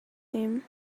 him